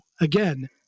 again